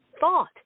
thought